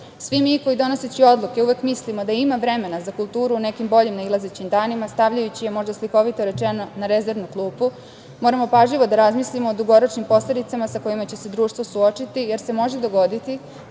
ova. Svi mi koji donoseći odluke, uvek mislimo da ima vremena za kulturu, u nekim boljim nailazećim danima, stavljajući je, možda slikovito rečeno, na rezervnu klupu, moramo pažljivo da razmislimo o dugoročnim posledicama sa kojima će se društvo suočiti, jer se može dogoditi